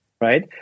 right